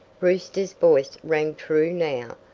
brewster's voice rang true now.